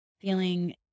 feeling